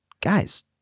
Guys